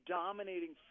dominating